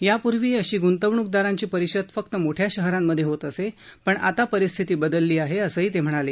यापूर्वी अशी गृंतवणूकदारांची परिषद फक्त मोठ्या शहरात होत असे पण आता परिस्थिती बदलती आहे असंही ते म्हणाले